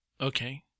Okay